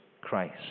Christ